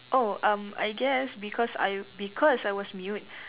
oh um I guess because I because I was mute